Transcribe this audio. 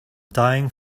dying